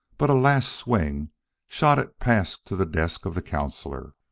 but a last swing shot it past to the desk of the counsellor.